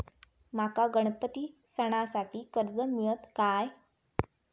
माका गणपती सणासाठी कर्ज मिळत काय?